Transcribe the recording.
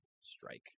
strike